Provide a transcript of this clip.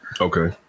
Okay